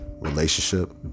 relationship